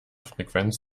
frequenz